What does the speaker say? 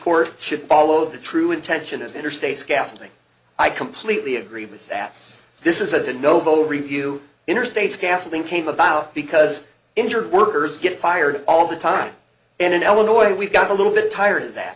court should follow the true intention of interstate scaffolding i completely agree with that this is a day novo review interstate scaffolding came about because injured workers get fired all the time and eleanor we've got a little bit tired of that